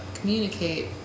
communicate